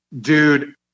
dude